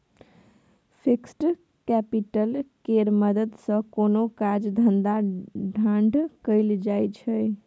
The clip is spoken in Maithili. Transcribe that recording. फिक्स्ड कैपिटल केर मदद सँ कोनो काज धंधा ठाढ़ कएल जाइ छै